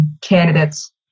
candidates